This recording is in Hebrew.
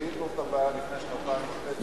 שזיהית את הבעיה לפני שנתיים וחצי.